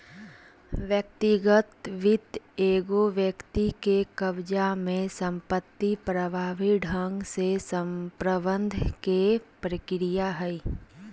व्यक्तिगत वित्त एगो व्यक्ति के कब्ज़ा में संपत्ति प्रभावी ढंग से प्रबंधन के प्रक्रिया हइ